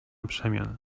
przemian